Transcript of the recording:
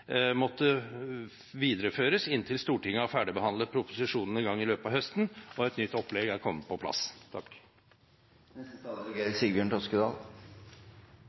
måtte videreføres inntil Stortinget har ferdigbehandlet proposisjonen en gang i løpet av høsten og et nytt opplegg er kommet på plass.